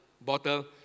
bottle